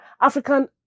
African